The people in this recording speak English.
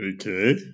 Okay